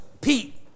Pete